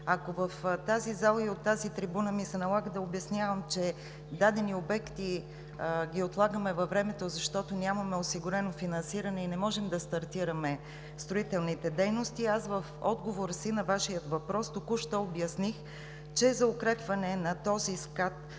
Ако в тази зала и от тази трибуна ми се налага да обяснявам, че дадени обекти ги отлагаме във времето, защото нямаме осигурено финансиране и не можем да стартираме строителните дейности, аз в отговора си на Вашия въпрос току-що обясних, че за укрепване на този скат